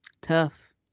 Tough